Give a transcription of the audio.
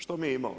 Što mi imamo?